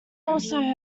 also